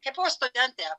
kai buvau studentė